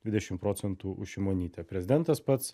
dvidešim procentų už šimonytę prezidentas pats